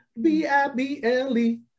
B-I-B-L-E